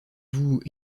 vous